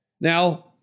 Now